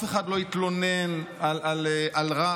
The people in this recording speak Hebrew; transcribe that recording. אף אחד לא התלונן על רעש,